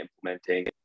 implementing